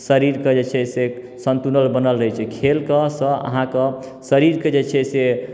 शरीरके जे छै से संतुलन बनल रहैत छै खेल कऽसँ अहाँकऽ शरीरके जे छै से